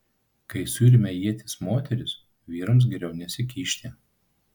kai suremia ietis moterys vyrams geriau nesikišti